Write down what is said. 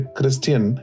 Christian